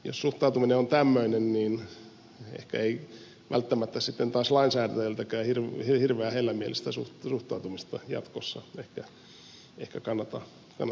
jos suhtautuminen on tämmöinen niin ehkä ei välttämättä sitten taas lainsäätäjältäkään hirveän hellämielistä suhtautumista jatkossa ehkä kannata odottaa